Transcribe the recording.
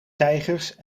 tijgers